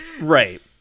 Right